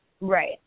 Right